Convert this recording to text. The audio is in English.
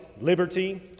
liberty